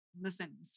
listen